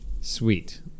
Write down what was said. Sweet